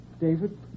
David